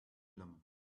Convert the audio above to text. limb